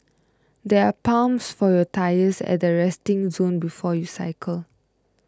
there are pumps for your tyres at the resting zone before you cycle